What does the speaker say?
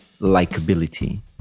likability